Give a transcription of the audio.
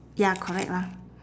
ya correct lah